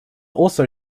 also